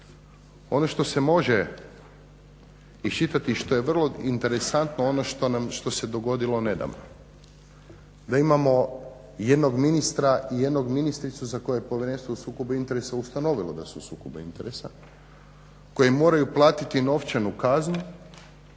Ono što se može iščitati i što je vrlo interesantno ono što se dogodilo nedavno, da imamo jednog ministra i jednu ministricu za koje je Povjerenstvo o sukobu interesa ustanovilo da su u sukobu interesa, koji moraju platiti novčanu kaznu